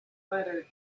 fluttered